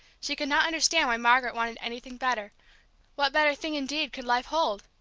she could not understand why margaret wanted anything better what better thing indeed could life hold!